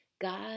God